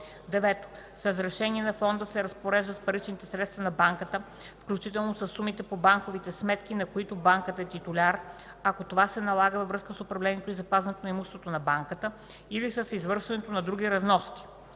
9. с разрешение на фонда се разпорежда с паричните средства на банката, включително със сумите по банковите сметки, на които банката е титуляр, ако това се налага във връзка с управлението и запазването на имуществото на банката или с извършването на други разноски;